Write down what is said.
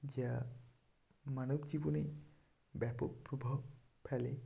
যা মানবজীবনে ব্যাপক প্রভাব ফেলে